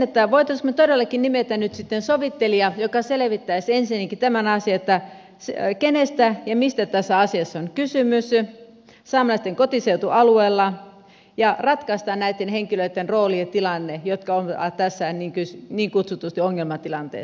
voitaisiinko todellakin nimetä nyt sitten sovittelija joka selvittäisi ensinnäkin kenestä ja mistä tässä asiassa on kysymys saamelaisten kotiseutualueella ja ratkaista näitten niin kutsutusti ongelmatilanteessa olevien henkilöitten rooli ja tilanne